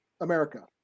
america